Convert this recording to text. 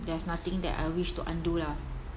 there's nothing that I wish to undo lah